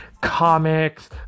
comics